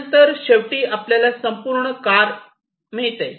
त्यानंतर शेवटी आपल्याला संपूर्ण कार असले मिळते